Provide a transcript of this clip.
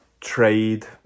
trade